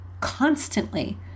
constantly